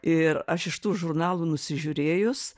ir aš iš tų žurnalų nusižiūrėjus